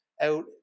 out